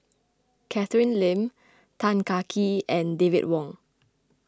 Catherine Lim Tan Kah Kee and David Wong